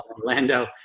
Orlando